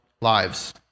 lives